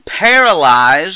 paralyzed